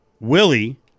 Willie